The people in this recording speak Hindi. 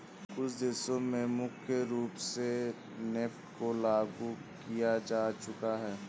कुछ देशों में मुख्य रूप से नेफ्ट को लागू किया जा चुका है